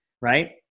right